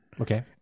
Okay